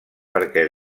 perquè